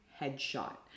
headshot